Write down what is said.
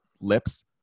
lips